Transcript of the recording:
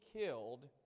killed